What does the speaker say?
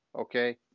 Okay